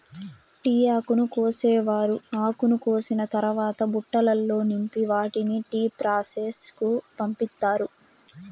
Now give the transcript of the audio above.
tea ఆకును కోసేవారు ఆకును కోసిన తరవాత బుట్టలల్లో నింపి వాటిని టీ ప్రాసెస్ కు పంపిత్తారు